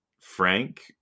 Frank